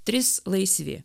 tris laisvi